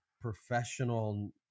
professional